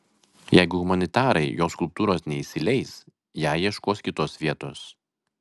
jeigu humanitarai jo skulptūros neįsileis jai ieškos kitos vietos